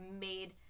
made